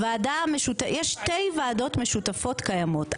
יש שתי ועדות משותפות קיימות,